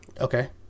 Okay